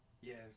Yes